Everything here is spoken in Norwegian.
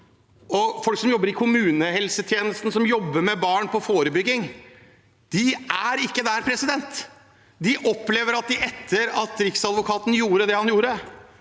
folk som jobber i kommunehelsetjenesten, som jobber med barn og forebygging, de er ikke der. De opplever at de – etter at statsadvokaten gjorde det han gjorde,